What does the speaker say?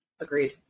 Agreed